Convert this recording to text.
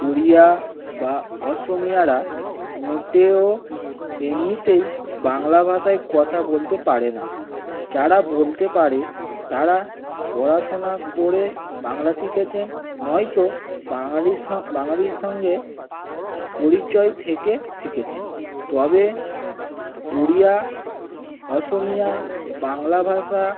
উড়িয়া বা অসমীয়ারা মোটেও এমনিতেই বাংলা ভাষায় কথা বলতে পারে না যারা বলতে পারে তারা পড়াশোনা করে বাংলা শিখেছেন নয় তো বাঙালির বাঙালির সঙ্গে পরিচয় থেকে শিখেছেন তবে উড়িয়া অসমীয়া বাংলা ভাষা